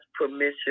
permission